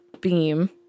beam